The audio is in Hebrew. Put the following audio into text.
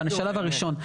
בשלב הראשון.